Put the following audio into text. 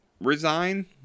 resign